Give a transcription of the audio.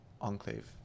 enclave